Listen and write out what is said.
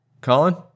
Colin